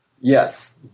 Yes